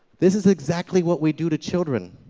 this is exactly what we do to children.